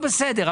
בסדר,